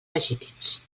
legítims